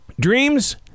Dreams